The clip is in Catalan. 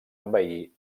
envair